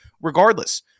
Regardless